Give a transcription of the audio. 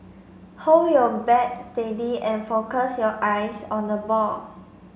hold your bat steady and focus your eyes on the ball